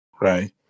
right